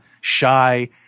shy